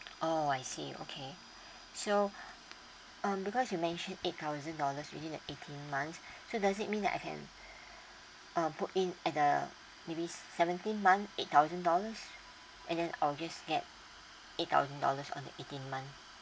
oh I see okay so um because you mentioned eight thousand dollars within the eighteen months does it mean that I can uh put it in at the may be seventeen month eight thousand dollars and then I'll just get eight thousand dollars on the eighteen months